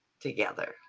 together